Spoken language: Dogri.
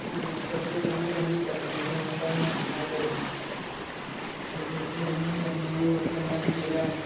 स्कूल बिच पढ़दे तां बी रन्निंग करनी टूरनामेंट होनियां स्कूल ओहदे बिच बी रन्निंग करनी और फिरी ओह्दे